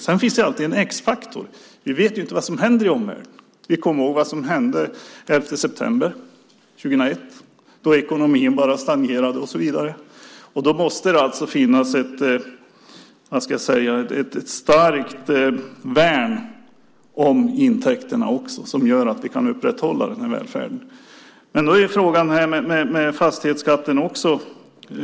Sedan finns det alltid en X-faktor. Vi vet inte vad som händer i omvärlden. Vi kommer ihåg vad som hände den 11 september 2001, då ekonomin bara stagnerade. Det måste alltså finnas ett starkt värn om intäkterna som gör att vi kan upprätthålla välfärden. Men det är också fråga om fastighetsskatten.